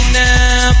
now